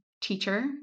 teacher